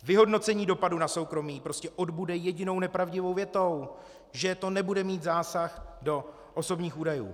Vyhodnocení dopadu na soukromí prostě odbude jedinou nepravdivou větou, že to nebude mít zásah do osobních údajů.